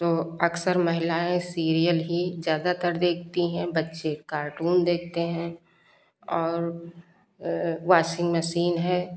तो अक्सर महिलायें सीरियल ही ज़्यादातर देखती हैं बच्चे कार्टून देखते हैं और वाशिंग मशीन है